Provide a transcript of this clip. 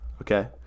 okay